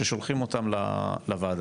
ששולחים אותם לוועדה.